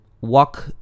walk